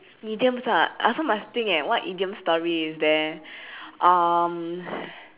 idioms ah I also must think eh what idiom story is there um